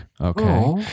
okay